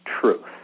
truth